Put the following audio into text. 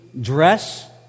Dress